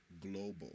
global